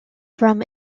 from